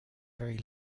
very